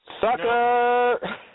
Sucker